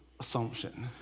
assumption